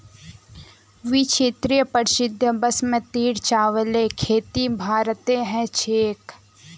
विश्व प्रसिद्ध बासमतीर चावलेर खेती भारतत ह छेक